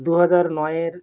দু হাজার নয়ের